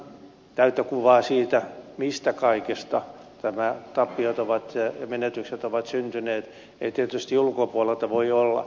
ihan täyttä kuvaa siitä mistä kaikesta nämä tappiot ja menetykset ovat syntyneet ei tietysti ulkopuolelta voi olla